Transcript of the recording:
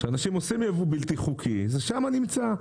כשאנשים עושים ייבוא בלתי חוקי, שם זה נמצא.